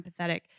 empathetic